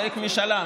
צריך משאל עם.